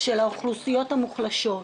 של האוכלוסיות המוחלשות,